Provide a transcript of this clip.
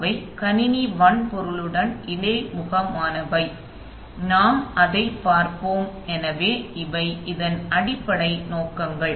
அவை கணினி வன்பொருளுடன் இடைமுகமானவை நாம் அதைப் பார்ப்போம் எனவே இவை அடிப்படை நோக்கங்கள்